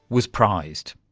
was prized.